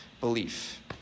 belief